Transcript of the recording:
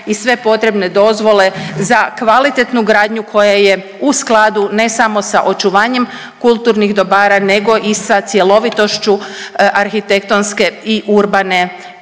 i sve potrebne dozvole za kvalitetnu gradnju koja je u skladu ne samo sa očuvanjem kulturnih dobara nego i sa cjelovitošću arhitektonske i urbane